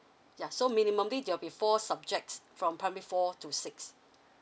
yeah so minimumly there will be four subjects from primary four to six